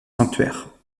sanctuaire